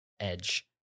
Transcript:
edge